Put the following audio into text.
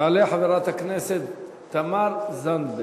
תעלה חברת הכנסת תמר זנדברג.